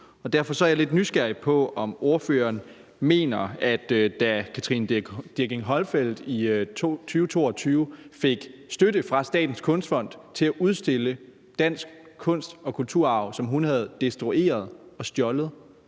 Derfor er jeg lidt nysgerrig på, om ordføreren mener, at da Katrine Dirckinck-Holmfeld i 2022 fik støtte fra Statens Kunstfond til at udstille et stykke dansk kunst- og kulturarv, som hun havde destrueret og stjålet